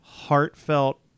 heartfelt